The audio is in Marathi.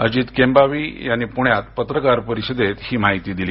अजित केंभावी यांनी पुण्यात पत्रकार परिषदेत ही माहिती दिली